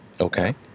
Okay